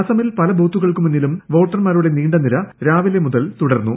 അസമിൽ പല ബൂത്തുകൾക്കു മുന്നിലും വോട്ടർമാരുടെ നീണ്ട നിര രാവിലെ മുതൽ തുടർന്നു